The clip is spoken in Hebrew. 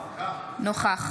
נוכח